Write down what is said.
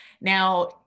now